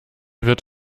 wird